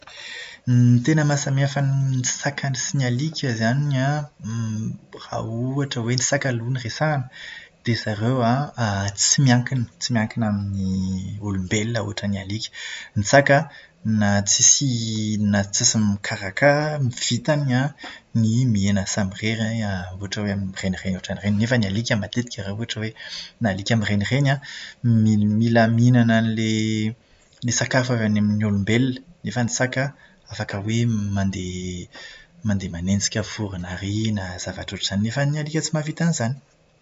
Ny tena mahasamiha ny sakany sy ny alika izany an, raha ohatra hoe saka aloha no resahana, dia zareo tsy miankina, tsy miankina amin'ny olombelona ohatran'ny alika. Ny saka, na tsisy na tsisy mikarakara ary m- vitany ny miaina samirery ohatra hoe a- ohatra hoe mirenireny ohatran'ireny. Nefa ny alika matetika raha ohatra hoe alika mirenireny an, ny mila mihinana an'ilay ilay sakafo avy any amin'ny olombelona. Nefa ny saka afaka hoe mandeha mandeha manenjika vorona ary na zavatra ohatr'izany. Ny alika tsy mahavita an'izany!